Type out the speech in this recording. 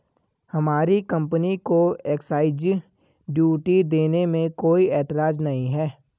हमारी कंपनी को excise duty देने में कोई एतराज नहीं है